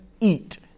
eat